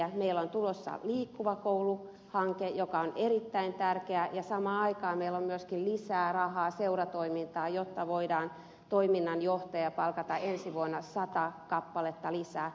meillä on tulossa liikkuva koulu hanke joka on erittäin tärkeä ja samaan aikaan meillä on myöskin lisää rahaa seuratoimintaan jotta voidaan toiminnanjohtajia palkata ensi vuonna sata kappaletta lisää